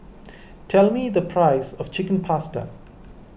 tell me the price of Chicken Pasta